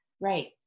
Right